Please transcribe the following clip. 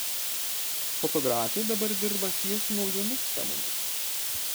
fotografė dabar dirba ties naujomis temomis